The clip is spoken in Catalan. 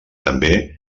també